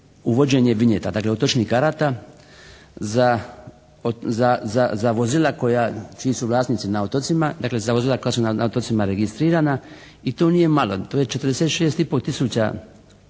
uvođenje vinjeta. Dakle otočnih karata za vozila koja, čiji su vlasnici na otocima. Dakle za vozila koja su na otocima registrirana. I to nije malo. To je 46